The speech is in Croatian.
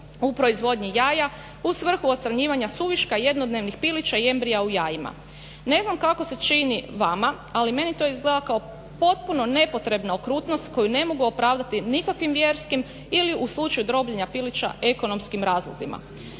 u proizvodnji jaja u svrhu odstranjivanja suviška jednodnevnih pilića i embrija u jajima. Ne znam kako se čini vama, ali meni to izgleda kao potpuno nepotrebna okrutnost koju ne mogu opravdati nikakvim vjerskim ili u slučaju drobljenja pilića ekonomskim razlozima.